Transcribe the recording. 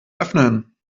öffnen